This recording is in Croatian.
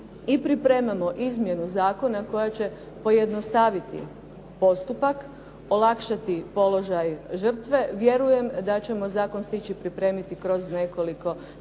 pripremamo izmjenu zakona koja će pojednostaviti postupak, olakšati položaj žrtve, vjerujem da ćemo zakon stići pripremiti kroz nekoliko mjeseci